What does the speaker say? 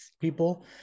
people